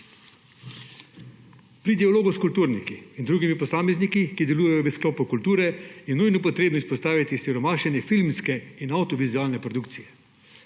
Pri dialogu s kulturniki in drugimi posamezniki, ki delujejo v sklopu kulture, je nujno treba izpostaviti siromašenje filmske in avdiovizualne produkcije.